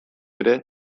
ere